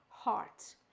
heart